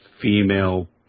female